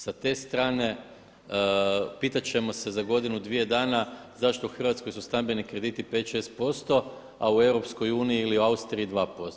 Sa te strane pitat ćemo se za godinu, dvije dana zašto u Hrvatskoj su stambeni krediti 5, 6% a u EU ili u Austriji 2%